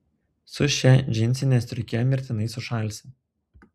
su šia džinsine striuke mirtinai sušalsi